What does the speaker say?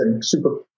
super